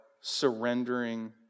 surrendering